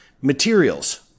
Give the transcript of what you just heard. materials